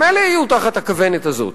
גם אלה יהיו תחת הכוונת הזאת.